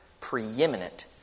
preeminent